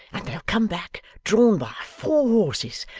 and they'll come back, drawn by four horses,